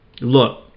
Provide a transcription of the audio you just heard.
Look